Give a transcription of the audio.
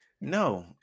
No